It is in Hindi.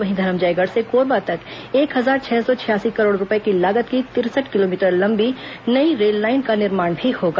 वहीं धरमजयगढ़ से कोरबा तक एक हजार छह सौ छियासी करोड़ रूपये की लागत की तिरसठ किलोमीटर लंबी नई रेललाइन का निर्माण भी होगा